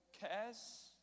cares